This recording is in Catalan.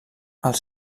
els